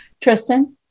Tristan